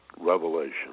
revelation